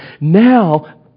now